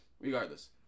regardless